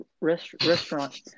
restaurant